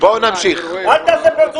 זאת ועדת הסכמות,